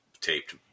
taped